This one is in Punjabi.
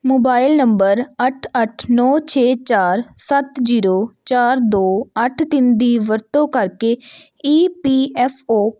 ਮੋਬਾਈਲ ਨੰਬਰ ਅੱਠ ਅੱਠ ਨੌ ਛੇ ਚਾਰ ਸੱਤ ਜੀਰੋ ਚਾਰ ਦੋ ਅੱਠ ਤਿੰਨ ਦੀ ਵਰਤੋਂ ਕਰਕੇ ਈ ਪੀ ਐੱਫ ਓ